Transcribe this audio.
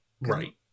right